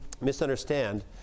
misunderstand